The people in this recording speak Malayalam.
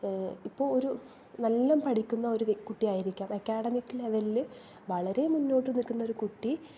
ഇപ്പോൾ ഒരു നല്ല പഠിക്കുന്ന ഒരു കുട്ടിയായിരിക്കാം അക്കാഡമിക്കൽ ലെവലിൽ വളരെ മുന്നോട്ട് നിൽക്കുന്ന ഒരു കുട്ടി